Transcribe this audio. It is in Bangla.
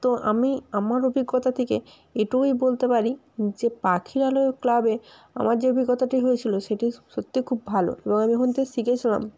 তো আমি আমার অভিজ্ঞতা থেকে এটুকুই বলতে পারি যে পাখিরালয় ক্লাবে আমার যে অভিজ্ঞতাটি হয়েছিল সেটি সত্যিই খুব ভালো এবং আমি ওখান থেকে শিখেছিলাম